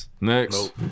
Next